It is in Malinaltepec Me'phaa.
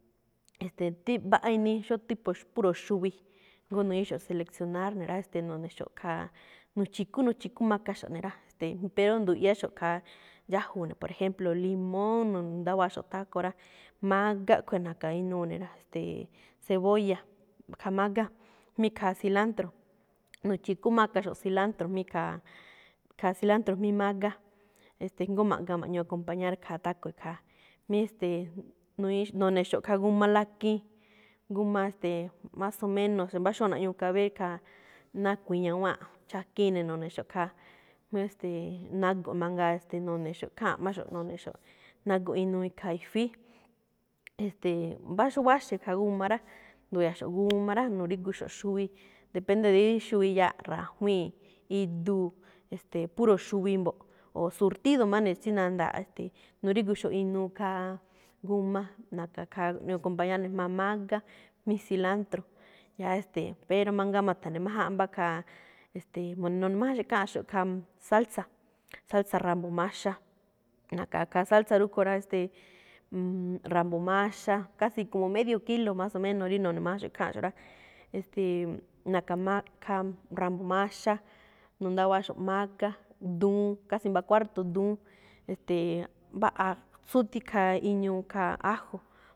Este̱e̱, ti- mbaꞌa inii xóo tipo puro xuwi, jngóo nu̱ñi̱íxo̱ꞌ selecionar ne̱ rá. E̱ste̱e̱, no̱ne̱xo̱ꞌ khaa, nu̱chi̱kú, nu̱chi̱kú makaxo̱ꞌ ne̱ rá. Ste̱e̱, pero ndu̱ꞌyáxo̱ꞌ khaa dxájuu ne̱, por ejemplo, limón nu̱ndáwa̱áxo̱ꞌ taco rá. Mágá khue̱ na̱ka̱ inuu ne̱ rá. Ste̱e̱ cebolla, kha mágá, mí ikhaa cilantro. Nu̱chi̱kú makaxo̱ꞌ cilantro, mí ikhaa cilantro jmí mágá, e̱ste̱e̱ jngó ma̱ꞌga ma̱ꞌñuu acompañar khaa taco ikhaa. Mí, e̱ste̱e̱, nu̱ñi̱í no̱ne̱xo̱ꞌ khaa g a lakiin. G a, ste̱e̱, más o menos mbá xóo naꞌñuu caber khaa ná a̱kui̱in ñawáanꞌ. Chakiin ne̱ no̱ne̱xo̱ꞌ khaa, mí e̱ste̱e̱, naꞌgo̱ꞌ mangaa, ste̱e̱, no̱ne̱xo̱ꞌ kháanꞌ máꞌxo̱ꞌ none̱xo̱ꞌ, naꞌgo̱ꞌ inuu ikhaa i̱fi̱í. E̱ste̱e̱, mbá xó wáxe̱ khaa g a rá, ndu̱ya̱xo̱ꞌ g a rá, nu̱ríguxo̱ꞌ xuwi, depende díí xuwi iyaaꞌ: ra̱jwii̱n, iduu̱, e̱ste̱e̱, puro xuwi mbo̱ꞌ, o surtido máꞌ ne̱ tsí nandaaꞌ. E̱ste̱e̱, nu̱ríguxo̱ꞌ inuu khaa g a, na̱ka̱ khaa naꞌñuu acompañar ne̱ khaa jma̱á mágá, mí cilantro. Ya e̱ste̱e̱, pero mangaa ma̱tha̱ne̱ májáanꞌ mbá khaa, e̱ste̱e̱, no̱ne̱májánxo̱ꞌ ikháanꞌxo̱ꞌ khaa mb salsa, salsa ra̱mbo̱ maxa. Na̱ka̱ khaa salsa rúꞌkhue̱n rá. E̱ste̱e̱, mm ra̱mbo̱ maxa, casi como medio kilo más o menos rí no̱ne̱májánxo̱ꞌ kháanꞌxo̱ꞌ rá. E̱ste̱e̱, na̱ka̱ máꞌ khaa ra̱mbo̱ maxa, nu̱ndáwáaꞌxo̱ꞌ mágá, duun, casi mbá cuarto duun. E̱ste̱e̱, mbá atsú thi khaa iñuu khaa ajo.